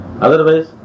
otherwise